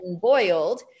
boiled